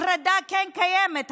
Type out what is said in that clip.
הפרדה קיימת,